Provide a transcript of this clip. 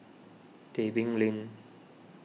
Tebing Lane